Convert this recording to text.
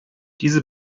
diese